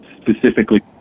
specifically